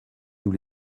nous